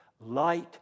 light